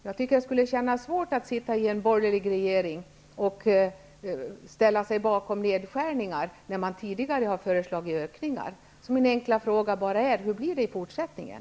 Jag tycker att det skulle kännas svårt att sitta i en borgerlig regering och ställa sig bakom nedskärningar, när man tidigare har föreslagit ökningar. Min enkla fråga är alltså bara: Hur blir det i fortsättningen?